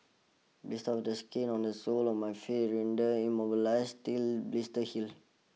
blister of the skin on the soles of my feet renders immobilize still blisters heal